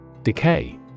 Decay